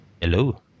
Hello